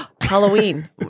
Halloween